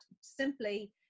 simply